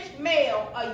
male